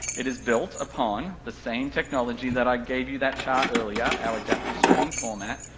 it is built upon the same technology that i gave you that chart earlier, our adaptive streaming format,